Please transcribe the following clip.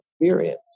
experience